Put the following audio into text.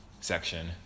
section